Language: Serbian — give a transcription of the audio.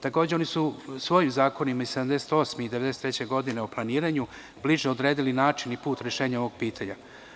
Takođe, oni su svojim zakonima iz 1978. godine i 1993. godine o planiranju bliže odredili način i put rešenja ovog pitanja.